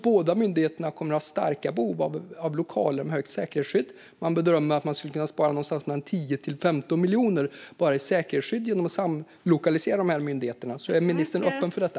Båda kommer också att ha starka behov av lokaler med högt säkerhetsskydd. Det bedöms att man skulle kunna spara någonstans mellan 10 och 15 miljoner bara i säkerhetsskydd genom en sådan samlokalisering. Är ministern öppen för detta?